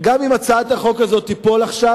גם אם הצעת החוק הזאת תיפול עכשיו,